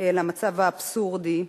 למצב האבסורדי,